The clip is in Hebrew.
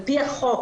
על פי החוק,